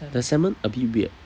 the salmon a bit weird